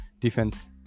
defense